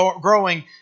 growing